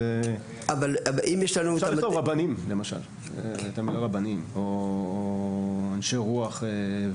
אפשר לכתוב רבנים למשל או אנשי רוח.